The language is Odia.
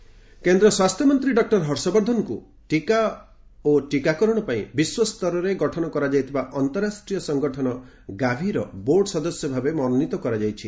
ହର୍ଷବର୍ଦ୍ଧନ କେନ୍ଦ୍ର ସ୍ୱାସ୍ଥ୍ୟମନ୍ତ୍ରୀ ଡକ୍କର ହର୍ଷବର୍ଦ୍ଧନଙ୍କୁ ଟୀକା ଓ ଟୀକାକରଣ ପାଇଁ ବିଶ୍ୱ ସ୍ତରରେ ଗଠନ କରାଯାଇଥିବା ଅନ୍ତଃରାଷ୍ଟ୍ରୀୟ ସଙ୍ଗଠନ ଗାଭିର ବୋର୍ଡ଼ ସଦସ୍ୟ ଭାବେ ମନୋନୀତ କରାଯାଇଛି